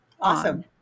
Awesome